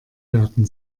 werden